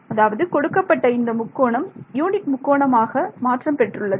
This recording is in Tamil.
அதாவது கொடுக்கப்பட்ட இந்த முக்கோணம் யூனிட் முக்கோணமாக மாற்றம் பெற்றுள்ளது